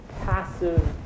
passive